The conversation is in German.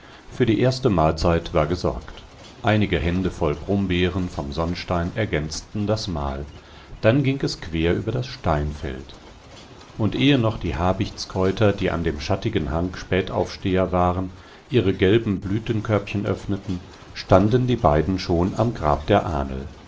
für die erste mahlzeit war gesorgt einige händevoll brombeeren vom sonnstein ergänzten das mahl dann ging es quer über das steinfeld und ehe noch die habichtskräuter die an dem schattigen hang spätaufsteher waren ihre gelben blütenkörbchen öffneten standen die beiden schon am grab der ahnl